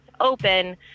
open